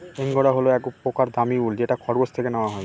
angora হল এক প্রকার দামী উল যেটা খরগোশ থেকে নেওয়া হয়